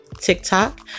TikTok